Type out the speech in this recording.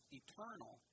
eternal